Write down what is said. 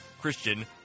Christian